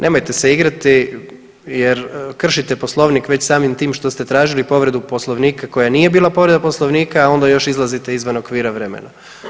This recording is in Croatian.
Nemojte se igrati jer kršite Poslovnik već samim tim što ste tražili povredu Poslovnika koja nije bila povreda Poslovnika, a onda još izlazite izvan okvira vremena.